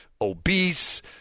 obese